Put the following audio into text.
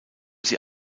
sie